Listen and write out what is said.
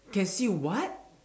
can see what